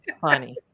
funny